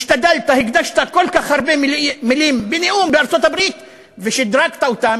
השתדלת והקדשת כל כך הרבה מילים בנאום בארצות-הברית ושדרגת אותם?